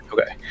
Okay